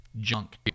junk